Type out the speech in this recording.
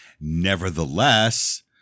Nevertheless